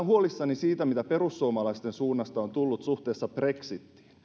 huolissani siitä mitä perussuomalaisten suunnasta on tullut suhteessa brexitiin